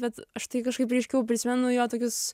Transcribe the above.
bet aš tai kažkaip ryškiau prisimenu jo tokius